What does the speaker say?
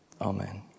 Amen